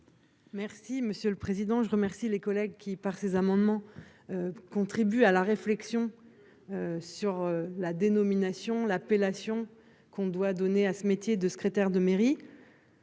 Merci monsieur le président. Je remercie les collègues qui par ces amendements. Contribue à la réflexion. Sur la dénomination l'appellation qu'on doit donner à ce métier de secrétaire de mairie.